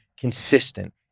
consistent